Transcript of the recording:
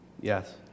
Yes